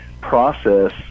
process